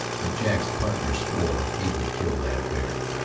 but jack's partner swore he would kill that bear.